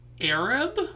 Arab